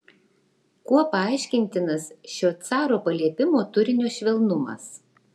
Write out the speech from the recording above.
kuo paaiškintinas šio caro paliepimo turinio švelnumas